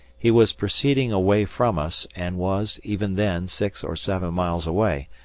he was proceeding away from us, and was, even then, six or seven miles away,